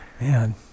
Man